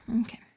Okay